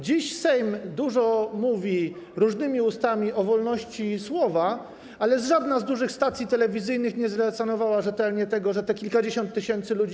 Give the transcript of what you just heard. Dziś Sejm dużo mówi różnymi ustami o wolności słowa, ale żadna z dużych stacji telewizyjnych nie relacjonowała rzetelnie tego, że kilkadziesiąt tysięcy ludzi.